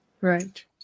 Right